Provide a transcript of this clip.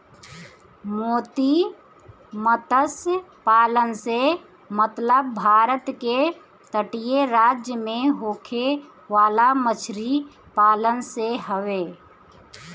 मोती मतस्य पालन से मतलब भारत के तटीय राज्य में होखे वाला मछरी पालन से हवे